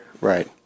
Right